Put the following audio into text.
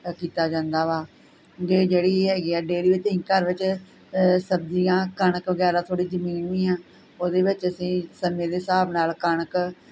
ਕੀਤਾ ਜਾਂਦਾ ਵਾ ਜਾਂ ਜਿਹੜੀ ਹੈਗੀ ਹੈ ਡੇਰੀ ਵਿੱਚ ਅਸੀਂ ਘਰ ਵਿੱਚ ਸਬਜ਼ੀਆਂ ਕਣਕ ਵਗੈਰਾ ਥੋੜ੍ਹੀ ਜ਼ਮੀਨ ਵੀ ਆ ਉਹਦੇ ਵਿੱਚ ਅਸੀਂ ਸਮੇਂ ਦੇ ਹਿਸਾਬ ਨਾਲ ਕਣਕ